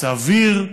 סביר,